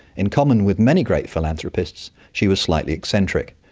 in common with many great philanthropists, she was slightly eccentric.